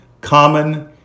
common